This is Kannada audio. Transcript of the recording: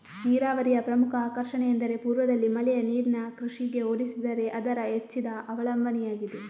ನೀರಾವರಿಯ ಪ್ರಮುಖ ಆಕರ್ಷಣೆಯೆಂದರೆ ಪೂರ್ವದಲ್ಲಿ ಮಳೆ ನೀರಿನ ಕೃಷಿಗೆ ಹೋಲಿಸಿದರೆ ಅದರ ಹೆಚ್ಚಿದ ಅವಲಂಬನೆಯಾಗಿದೆ